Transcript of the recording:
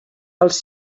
els